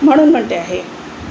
म्हणून म्हणते आहे